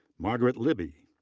margaret libbey.